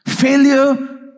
Failure